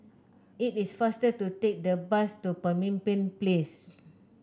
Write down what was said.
it is faster to take the bus to Pemimpin Place